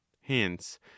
Hence